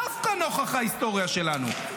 דווקא נוכח ההיסטוריה שלנו,